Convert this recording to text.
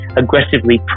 aggressively